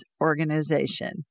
organization